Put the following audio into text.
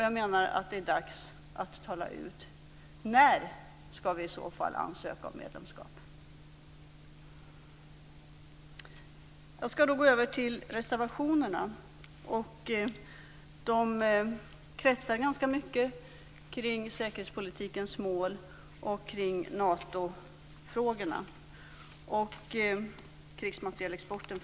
Jag menar att det är dags att tala ut. När skall vi ansöka om medlemskap? Jag skall gå över till reservationerna. De kretsar mycket kring säkerhetspolitikens mål, Natofrågorna och krigsmaterielexporten.